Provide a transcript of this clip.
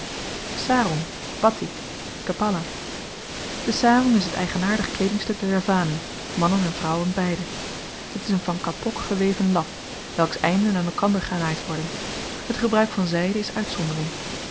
sarong batik kapala de sarong is t eigenaardig kleedingstuk der javanen mannen en vrouwen beide het is een van kapok geweven lap welks einden aan elkander genaaid worden het gebruik van zyde is uitzondering